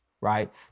right